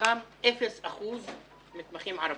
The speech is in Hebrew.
מתוכם אפס אחוזים מתמחים ערבים.